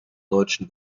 deutschen